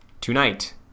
tonight